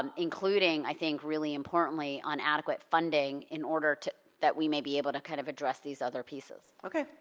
um including, i think, really importantly, on adequate funding in order to, that we may be able to kind of address these other pieces. okay,